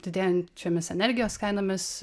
didėjančiomis energijos kainomis